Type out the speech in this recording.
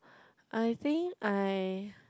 I think I